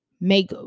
make